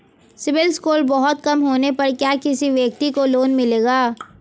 CIBIL score बहुत कम होने पर क्या किसी व्यक्ति को लोंन मिलेगा?